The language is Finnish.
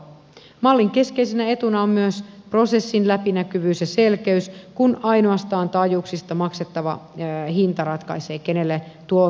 mallin keskeisenä etuna on myös prosessin läpinäkyvyys ja selkeys kun ainoastaan taajuuksista maksettava hinta ratkaisee kenelle tuo toimilupa myönnetään